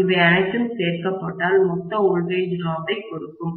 இவை அனைத்தும் சேர்க்கப்பட்டால் மொத்த வோல்டேஜ் டிராப் ஐ கொடுக்கும்